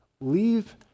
leave